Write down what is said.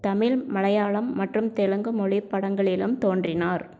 தமிழ் மலையாளம் மற்றும் தெலுங்கு மொழிப் படங்களிலும் தோன்றினார்